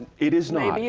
it is not.